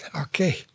Okay